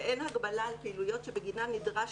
שאין הגבלה על פעילויות שבגינן נדרש